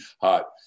hot